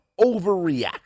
overreact